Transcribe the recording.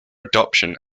adoption